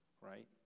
right